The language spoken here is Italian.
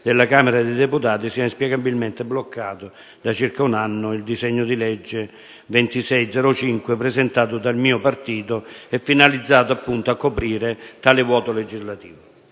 della Camera dei deputati sia inspiegabilmente bloccato, da circa un anno, il disegno di legge n. 2605, presentato dal mio partito e finalizzato a coprire, appunto, tale vuoto legislativo.